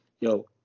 Yo